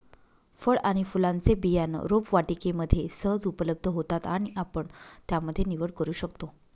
फळ आणि फुलांचे बियाणं रोपवाटिकेमध्ये सहज उपलब्ध होतात आणि आपण त्यामध्ये निवड करू शकतो